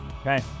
Okay